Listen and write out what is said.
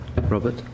Robert